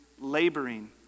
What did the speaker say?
laboring